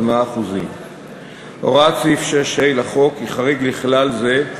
100%. הוראת סעיף 6(ה) לחוק היא חריג לכלל זה,